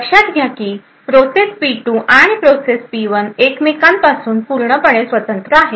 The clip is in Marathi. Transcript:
लक्षात घ्या की प्रोसेस पी 2 आणि प्रोसेस पी 1 एकमेकांपासून पूर्णपणे स्वतंत्र आहेत